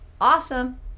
Awesome